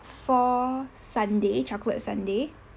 four sundae chocolate sundae